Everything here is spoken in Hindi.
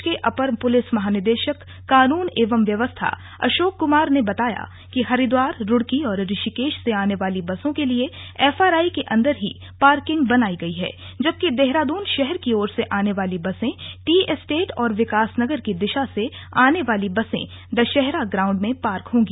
प्रदेश के अपर पुलिस महानिदेशक कानून एवं व्यवस्था अशोक कुमार ने बताया कि हरिद्वार रूड़की और ऋषिकेश से आने वाली बसों के लिए एफआरआई के अंदर ही पार्किंग बनाई गई है जबकि देहरादून शहर की ओर से आने वाली बसें टी एस्टेट और विकासनगर की दिशा से आने वाली बसे दशहरा ग्राउंड में पार्क होंगी